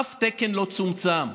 אף תקן לא צומצם,